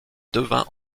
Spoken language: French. devint